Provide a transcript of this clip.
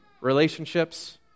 Relationships